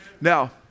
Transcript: Now